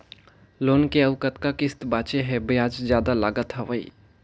Loan के अउ कतका किस्त बांचें हे? ब्याज जादा लागत हवय,